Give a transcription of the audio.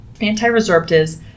antiresorptives